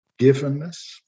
givenness